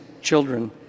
children